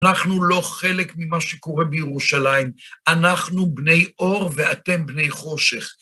אנחנו לא חלק ממה שקורה בירושלים, אנחנו בני אור ואתם בני חושך.